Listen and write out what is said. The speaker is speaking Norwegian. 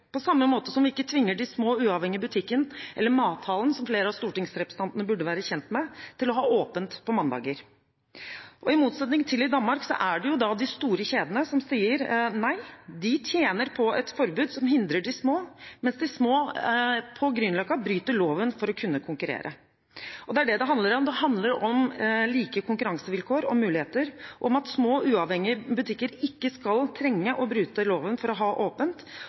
på samme måte som vi ikke tvinger de små uavhengige butikkene eller Mathallen, som flere av stortingsrepresentantene burde være kjent med, til å ha åpent på mandager. I motsetning til i Danmark er det de store kjedene som sier nei. De tjener på et forbud som hindrer de små, mens de små på Grünerløkka bryter loven for å kunne konkurrere. Og det er det det handler om: Det handler om like konkurransevilkår og muligheter, om at små uavhengige butikker ikke skal trenge å bryte loven for å ha åpent,